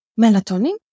melatonin